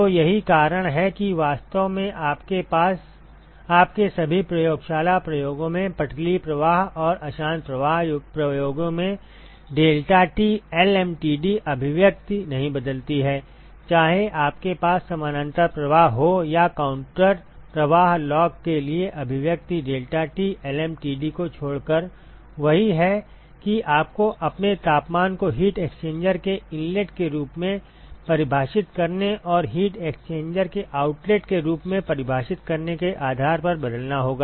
तो यही कारण है कि वास्तव में आपके सभी प्रयोगशाला प्रयोगों में पटलीय प्रवाह और अशांत प्रवाह प्रयोगों में deltaT lmtd अभिव्यक्ति नहीं बदलती है चाहे आपके पास समानांतर प्रवाह हो या काउंटर प्रवाह लॉग के लिए अभिव्यक्ति deltaT lmtd को छोड़कर वही है कि आपको अपने तापमान को हीट एक्सचेंजर के इनलेट के रूप में परिभाषित करने और हीट एक्सचेंजर के आउटलेट के रूप में परिभाषित करने के आधार पर बदलना होगा